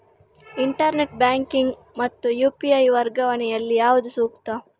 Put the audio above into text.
Internet banking ಮತ್ತು UPI ವರ್ಗಾವಣೆ ಯಲ್ಲಿ ಯಾವುದು ಸೂಕ್ತ?